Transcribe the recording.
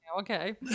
Okay